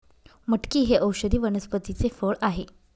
मटकी हे औषधी वनस्पतीचे फळ आहे